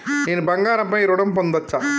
నేను బంగారం పై ఋణం పొందచ్చా?